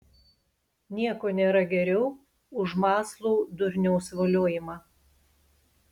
nieko nėra geriau už mąslų durniaus voliojimą